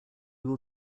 will